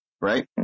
right